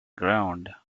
ground